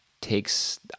takes